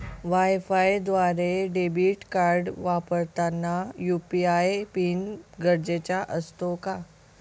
वायफायद्वारे debit card वापरताना UPI PIN गरजेचा असतो का?